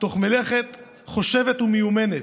במלאכת מחשבת מיומנת,